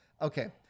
Okay